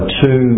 two